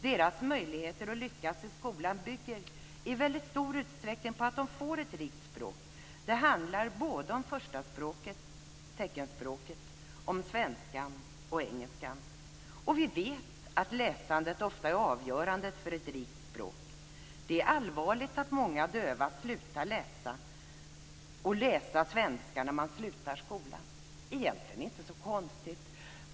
Deras möjligheter att lyckas i skolan bygger i väldigt stor utsträckning på att de får ett rikt språk. Det handlar om såväl förstaspråket - teckenspråket - som svenskan och engelskan. Vi vet att läsandet ofta är avgörande för ett rikt språk. Det är allvarligt att många döva slutar läsa svenska när de slutat skolan. Men det är egentligen inte så konstigt.